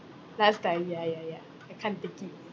last time ya ya ya I can't take it